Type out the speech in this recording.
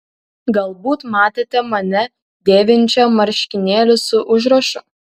galbūt matėte mane dėvinčią marškinėlius su užrašu